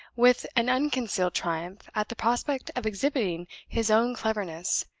with an unconcealed triumph at the prospect of exhibiting his own cleverness,